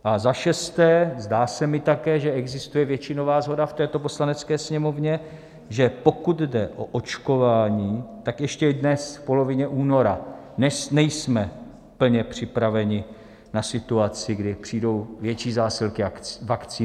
A za šesté, zdá se mi také, že existuje většinová shoda v této Poslanecké sněmovně, že pokud jde o očkování, tak ještě dnes, v polovině února, nejsme plně připraveni na situaci, kdy přijdou větší zásilky vakcín.